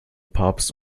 papst